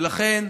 ולכן,